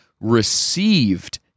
received